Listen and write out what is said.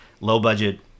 low-budget